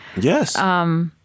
Yes